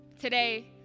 today